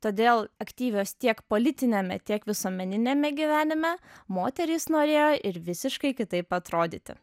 todėl aktyvios tiek politiniame tiek visuomeniniame gyvenime moterys norėjo ir visiškai kitaip atrodyti